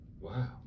wow